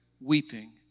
weeping